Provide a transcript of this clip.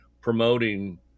promoting